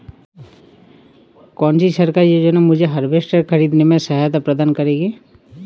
कौन सी सरकारी योजना मुझे हार्वेस्टर ख़रीदने में सहायता प्रदान करेगी?